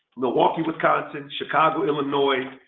milwaukee wisconsin, chicago illinois,